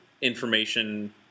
information